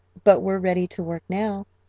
but we're ready to work now,